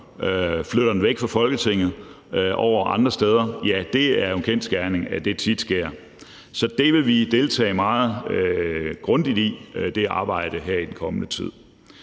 Flytter den væk fra Folketinget over til andre steder? Ja, det er jo en kendsgerning, at det tit sker. Så det arbejde her vil vi deltage meget grundigt i i den kommende tid.